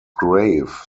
grave